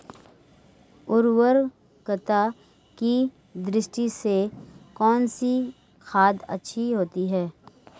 उर्वरकता की दृष्टि से कौनसी खाद अच्छी होती है?